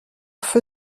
feu